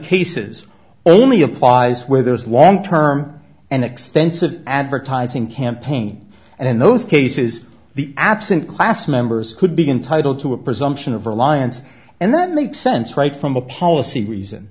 cases only applies where there is one term and extensive advertising campaign and in those cases the absent class members could be entitle to a presumption of reliance and that makes sense right from a policy reason